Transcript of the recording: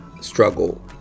struggle